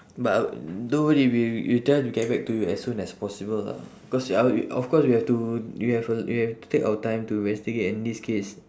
but don't worry we'll we'll try to get back to you as soon as possible lah cause ah we of course we have to we have uh we have to take our time to investigate in this case